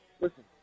listen